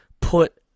put